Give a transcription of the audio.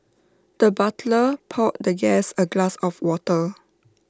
the butler poured the guest A glass of water